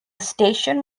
station